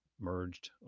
merged